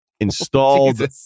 Installed